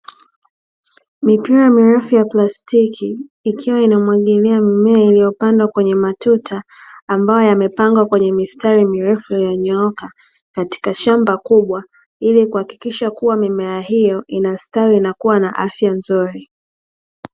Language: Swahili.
Mipira mirefu ya plastiki ikiwa inayomwagilia mimea iliyopandwa kwenye matuta, ambayo yamepangwa kwenye mistari mirefu iliyonyooka katika shamba kubwa, ili kuhakikisha kuwa mimea hiyo inastawi na kuwa na afya nzuri.